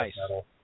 metal